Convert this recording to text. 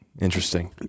Interesting